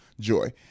Joy